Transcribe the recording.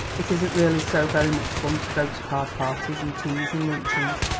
it isn't really so very much fun to go to card-parties and teas and luncheons,